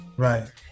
Right